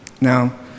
now